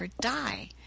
Die